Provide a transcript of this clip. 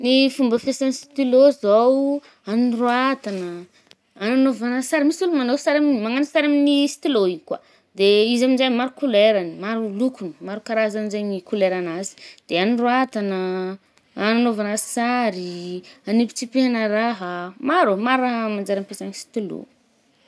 Ny fomba fiasan’ny sitilô zao anoratagna, anagnôvagna sary, misy olo manô sary, managno sary amin’ny stylo igny koà. De izy aminje maro koleragny, maro lokogny, maro karazagny njegny i kolerahanazy. De anondroàtagna anôvagna sary ih, anipitsipiàgna rahà, maro, maro raha manjary ampiasagna stylo.